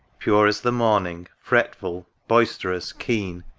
pure as the morning, fretful, boisterous, keen.